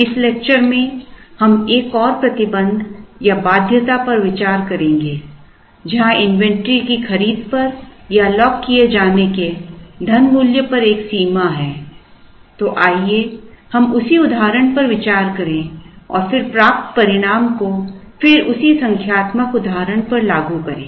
इस लेक्चर में हम एक और प्रतिबंध या बाध्यता पर विचार करेंगे जहां इन्वेंट्री की खरीद पर या लॉक किए जाने के धनमूल्य पर एक सीमा है तो आइए हम उसी उदाहरण पर विचार करें और फिर प्राप्त परिणाम को फिर उसी संख्यात्मक उदाहरण पर लागू करें